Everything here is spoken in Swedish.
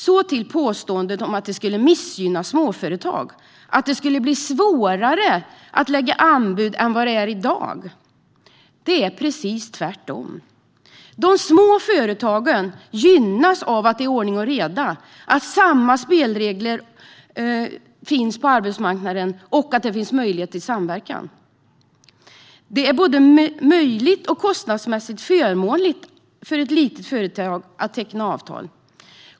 Det påstås att detta skulle missgynna småföretag och att det skulle bli svårare att lägga anbud än vad det är i dag, men det är precis tvärtom. De små företagen gynnas av att det är ordning och reda, att det är samma spelregler som gäller på arbetsmarknaden och att det finns möjlighet till samverkan. Det är både möjligt och kostnadsmässigt förmånligt för ett litet företag att teckna avtal.